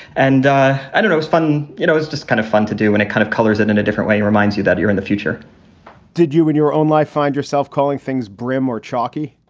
and i don't know, it's fun. you know, it's just kind of fun to do. and it kind of colors it in a different way. it reminds you that you're in the future did you in your own life find yourself calling things brimm or chalkie?